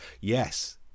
Yes